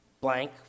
blank